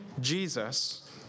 Jesus